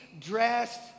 dressed